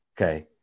Okay